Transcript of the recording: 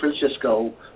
Francisco